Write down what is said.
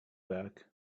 back